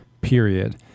period